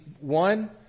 one